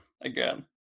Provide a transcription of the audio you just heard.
Again